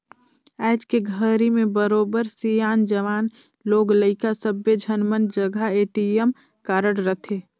आयज के घरी में बरोबर सियान, जवान, लोग लइका सब्बे झन मन जघा ए.टी.एम कारड रथे